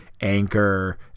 Anchor